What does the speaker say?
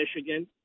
Michigan